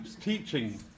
Teaching